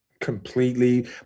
completely